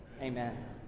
Amen